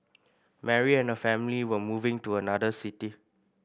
Mary and her family were moving to another city